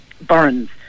burns